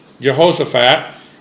Jehoshaphat